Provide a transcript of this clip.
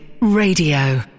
radio